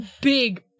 big